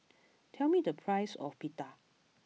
tell me the price of Pita